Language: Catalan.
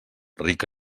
ric